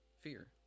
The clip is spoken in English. fear